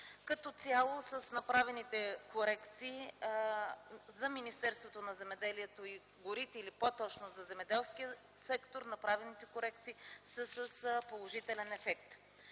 Като цяло направените корекции за Министерството на земеделието и горите, или по-точно за земеделския сектор, направените корекции са с положителен ефект.